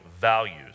values